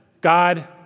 God